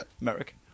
Merrick